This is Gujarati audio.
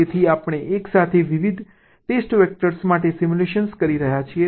તેથી આપણે એકસાથે વિવિધ ટેસ્ટ વેક્ટર સાથે સિમ્યુલેટ કરી રહ્યા છીએ